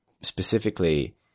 specifically